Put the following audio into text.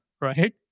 right